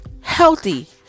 healthy